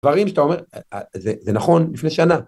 דברים שאתה אומר, זה נכון לפני שנה.